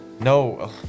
No